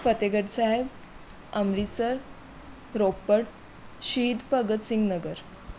Fatehgarh Sahib Amritsar Ropar Shaheed Bhagat Singh Nagar